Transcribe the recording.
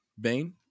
Bane